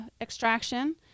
extraction